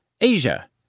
Asia